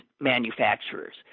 manufacturers